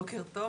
בוקר טוב,